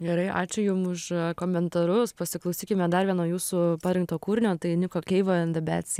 gerai ačiū jums už komentarus pasiklausykime darvino jūsų parengto kūrinio tu eini kokia valanda bet